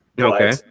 Okay